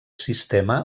sistema